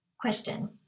Question